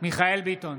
מיכאל מרדכי ביטון,